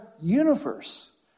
universe